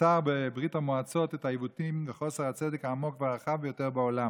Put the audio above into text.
יצר בברית המועצות את העיוותים ואת חוסר הצדק העמוק והרחב ביותר בעולם.